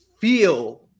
feel